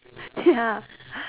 ya